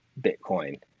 Bitcoin